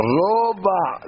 roba